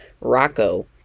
Rocco